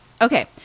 Okay